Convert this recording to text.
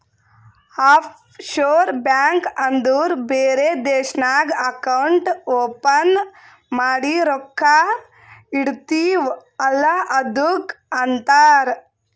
of sure bank ಅಂದುರ್ ಬೇರೆ ದೇಶ್ನಾಗ್ ಅಕೌಂಟ್ ಓಪನ್ ಮಾಡಿ ರೊಕ್ಕಾ ಇಡ್ತಿವ್ ಅಲ್ಲ ಅದ್ದುಕ್ ಅಂತಾರ್